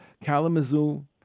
Kalamazoo